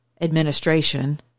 administration